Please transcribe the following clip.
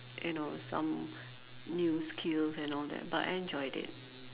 you know some new skills and all that but I enjoyed it